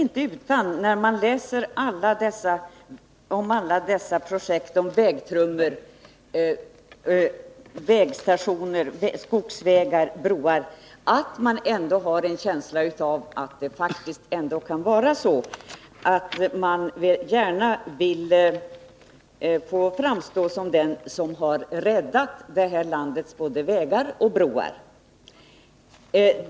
Men när man läser om alla de projekt beträffande vägtrummor, vägstationer, skogsvägar och broar som föreslås är det inte utan att man får en känsla av att det faktiskt ändå kan vara så att socialdemokraterna gärna vill framstå som de som räddar både vägar och broar i vårt land.